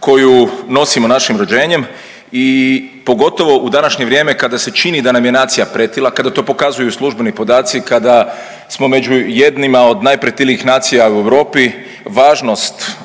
koju nosimo našim rođenjem i pogotovo u današnje vrijeme kada se čini da nam je nacija pretila, kada to pokazuju službeni podaci, kada smo među jednima od najpretilijih nacija i Europi važnost da se